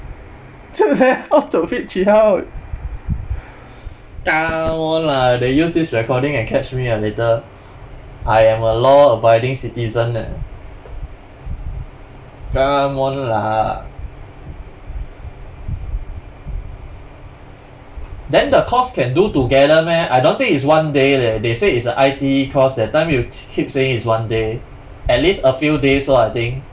how to meet chee hao come on lah they use this recording and catch me ah later I am a law-abiding citizen eh come on lah then the course can do together meh I don't think it's one day leh they say it's a I_T_E course that time you k~ keep saying is one day at least a few days so I think